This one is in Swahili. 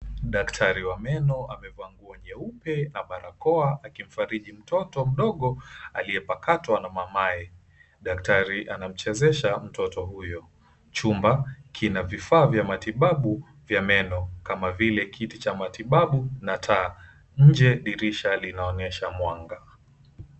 Daktari wa meno amevaa nguo nyeupe na barakoa akimfariji mtoto mdogo aliyepakatwa na mamaye, daktari anamchezesha mtoto huyo. Chumba kina vifaa vya matibabu vya meno kama vile kiti cha matibabu na taa, inje dirisha linaonyesha mwanga.